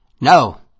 No